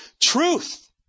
truth